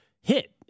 hit